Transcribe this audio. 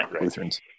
Lutherans